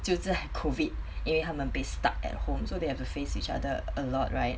就在 COVID 因为他们被 stuck at home so they have to face each other a lot right